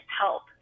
help